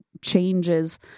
changes